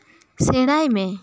ᱥᱮᱬᱟᱭ ᱢᱮ